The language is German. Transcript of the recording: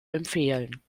empfehlen